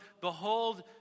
Behold